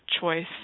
choice